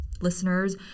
listeners